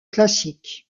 classique